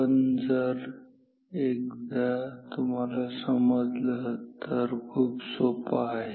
पण एकदा जर तुम्हाला समजलं तर खूप सोपा आहे